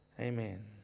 Amen